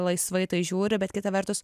laisvai į tai žiūri bet kita vertus